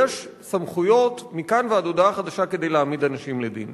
יש סמכויות מכאן ועד הודעה חדשה כדי להעמיד אנשים לדין.